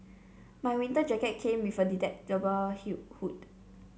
my winter jacket came with a detachable hood